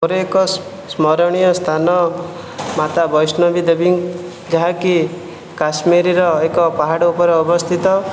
ମୋ'ର ଏକ ସ୍ମରଣୀୟ ସ୍ଥାନ ମାତା ବୈଷ୍ଣବୀ ଦେବୀ ଯାହାକି କାଶ୍ମୀରର ଏକ ପାହାଡ଼ ଉପରେ ଅବସ୍ଥିତ